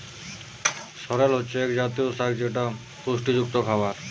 সরেল হচ্ছে এক জাতীয় শাক যেটা পুষ্টিযুক্ত খাবার